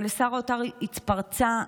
מול שר האוצר התפרצה מישהי,